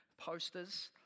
posters